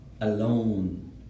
alone